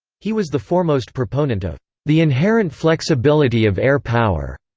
he was the foremost proponent of the inherent flexibility of air power,